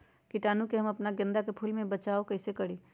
कीटाणु से हम अपना गेंदा फूल के बचाओ कई से करी?